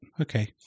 Okay